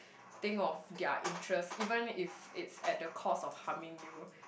think of their interest even if it's at the cost of harming you